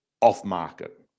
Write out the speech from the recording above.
off-market